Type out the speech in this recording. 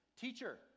Teacher